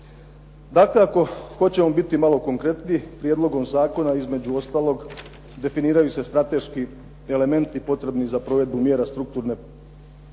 Dakako, hoćemo biti malo konkretniji prijedlogom zakona između ostalog definiraju se strateški elementi za provedbu mjera strukturne potpore